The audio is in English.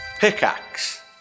Pickaxe